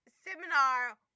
seminar